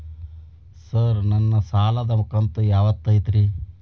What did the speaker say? Sir ನನ್ನ ಸಾಲದ ಕಂತು ಯಾವತ್ತೂ ಐತ್ರಿ?